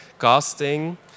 casting